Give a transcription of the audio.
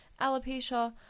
alopecia